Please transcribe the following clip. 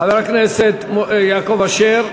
חבר הכנסת יעקב אשר.